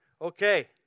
Okay